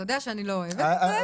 אתה יודע שאני לא אוהבת את זה.